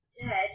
dead